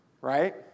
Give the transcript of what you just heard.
Right